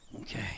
Okay